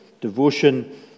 Devotion